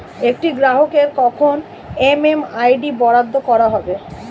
একটি গ্রাহককে কখন এম.এম.আই.ডি বরাদ্দ করা হবে?